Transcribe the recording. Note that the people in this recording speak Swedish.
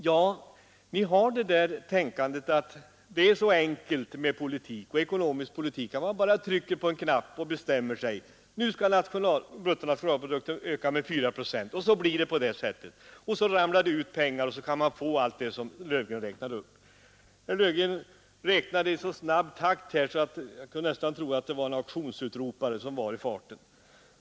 Ja, ni tror att det är så enkelt med den ekonomiska politiken. Man trycker bara på en knapp och bestämmer sig: nu skall bruttonationalprodukten öka med 4 procent, och så blir det så. Sedan ramlar det ut pengar och man kan få allt det som herr Löfgren räknade upp. Han gjorde det i så snabb takt, att jag nästan trodde att det var en auktionsutropare i farten.